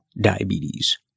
diabetes